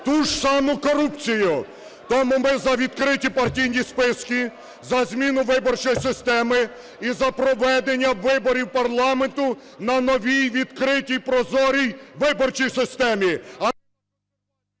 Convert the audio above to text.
ту ж саму корупцію. Тому ми за відкриті партійні списки, за зміну виборчої системи і за проведення виборів парламенту на новій, відкритій, прозорій виборчій системі.